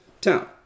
town